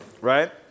right